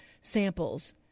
samples